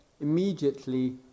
immediately